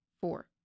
four